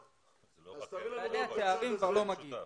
בעלי התארים כבר לא מגיעים.